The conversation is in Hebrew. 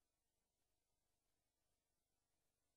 אני